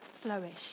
flourish